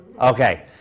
Okay